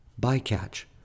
Bycatch